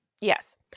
Yes